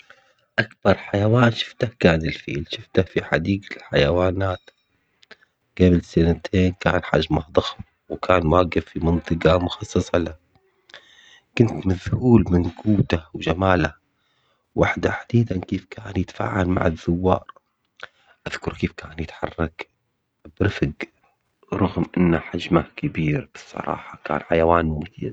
أكبر حيوان شفته كان الفيل شفته في حديقة الحيوانات قبل سنتين كان حجمه ضخم وكان واقف في منطقة مخصصة له، كنت مذهول من قوته وجماله وح- وتحديداً كيف كان يتفاعل مع الزوار، أذكر كيف كان يتحرك برفق رغم إنه حجمه كبير بصراحة كان حيوان مميز.